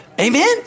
Amen